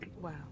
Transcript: wow